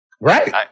Right